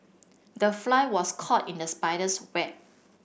the fly was caught in the spider's web